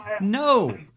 No